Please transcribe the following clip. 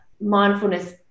mindfulness